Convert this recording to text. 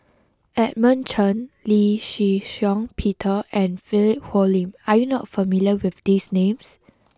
Edmund Chen Lee Shih Shiong Peter and Philip Hoalim are you not familiar with these names